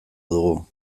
dugu